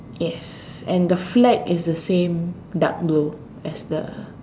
yes and the flag is the same dark blue as the